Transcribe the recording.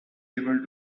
able